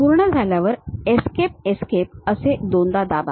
पूर्ण झाल्यावर Escape Escape असे दोनदा दाबा